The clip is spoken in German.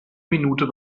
minute